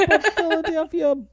Philadelphia